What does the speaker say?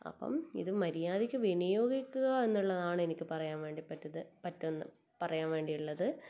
അപ്പം ഇത് മര്യാദയ്ക്ക് വിനിയോഗിക്കുക എന്നുള്ളതാണ് എനിക്ക് പറയാൻ വേണ്ടി പറയാൻ വേണ്ടി ഉള്ളത്